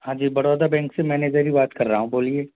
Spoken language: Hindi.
हाँ जी बड़ौदा बैंक से मैनेजर ही बात कर रहा हूँ बोलिए